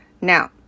Now